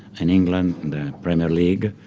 in england, in the premier league.